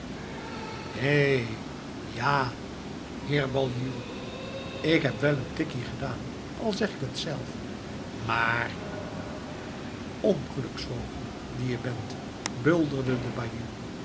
hé ja heer baljuw ik heb wel een tikkie gedaan al zeg ik het zelf maar ongeluksvogel die je bent bulderde de baljuw